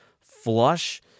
flush